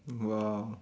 !wow!